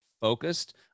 focused